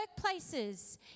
workplaces